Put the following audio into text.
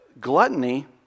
gluttony